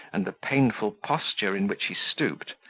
and the painful posture in which he stooped,